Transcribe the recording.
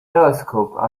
telescope